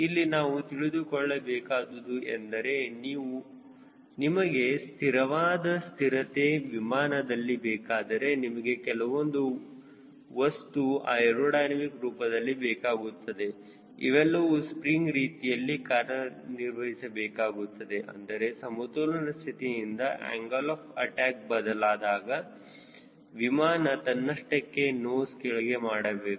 ಇಲ್ಲಿ ನಾವು ತಿಳಿದುಕೊಳ್ಳಬೇಕಾದುದು ಎಂದರೆ ನಿಮಗೆ ಸ್ಥಿರವಾದ ಸ್ಥಿರತೆ ವಿಮಾನದಲ್ಲಿ ಬೇಕಾದರೆ ನಿಮಗೆ ಕೆಲವೊಂದು ವಸ್ತು ಏರೋಡೈನಮಿಕ್ ರೂಪದಲ್ಲಿ ಬೇಕಾಗುತ್ತವೆ ಅವೆಲ್ಲವೂ ಸ್ಪ್ರಿಂಗ್ ರೀತಿಯಲ್ಲಿ ಕಾರ್ಯನಿರ್ವಹಿಸಬೇಕಾಗುತ್ತದೆ ಅಂದರೆ ಸಮತೋಲನ ಸ್ಥಿತಿಯಿಂದ ಆಂಗಲ್ ಆಫ್ ಅಟ್ಯಾಕ್ ಬದಲಾದಾಗ ವಿಮಾನ ತನ್ನಷ್ಟಕ್ಕೆ ನೋಸ್ ಕೆಳಗೆ ಮಾಡಬೇಕು